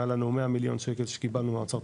היה לנו 100 מיליון שקל שקיבלנו מהאוצר,